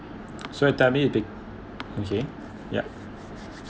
so tell me vic~ okay yup